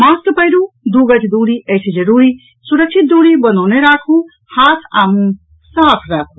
mask पहिरू दू गज दूरी अछि जरूरी सुरक्षित दूरी बनौने राखू हाथ आ मुंह साफ राखू